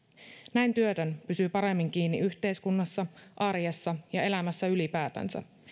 näin työtön pysyy paremmin kiinni yhteiskunnassa arjessa ja elämässä ylipäätänsä